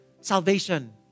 salvation